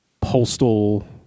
postal